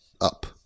up